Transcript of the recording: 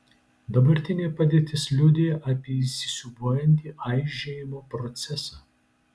dabartinė padėtis liudija apie įsisiūbuojantį aižėjimo procesą